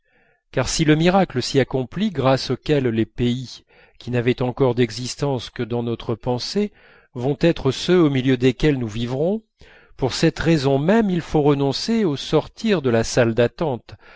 car si le miracle s'y accomplit grâce auquel les pays qui n'avaient encore d'existence que dans notre pensée vont être ceux au milieu desquels nous vivrons pour cette raison même il faut renoncer au sortir de la salle d'attente